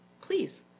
please